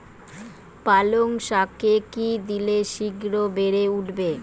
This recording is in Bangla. পালং শাকে কি দিলে শিঘ্র বেড়ে উঠবে?